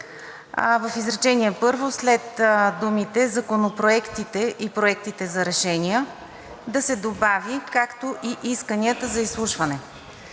в изречение първо след думите „законопроектите и проектите за решения“ да се добави „както и исканията за изслушване“.